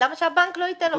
למה שהבנק לא ייתן לו?